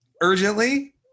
urgently